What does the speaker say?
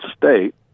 state